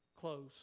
close